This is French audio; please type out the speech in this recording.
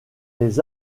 les